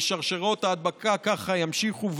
שרשרות ההדבקה ככה ימשיכו,